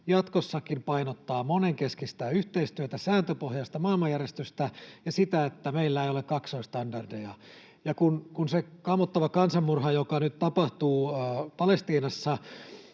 jatkossakin painottaa monenkeskistä yhteistyötä, sääntöpohjaista maailmanjärjestystä ja sitä, että meillä ei ole kaksoisstandardeja. Kun se kammottava kansanmurha nyt tapahtuu Palestiinassa